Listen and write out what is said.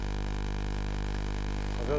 חבר,